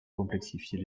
complexifier